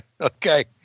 Okay